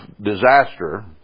disaster